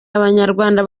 abanyarwanda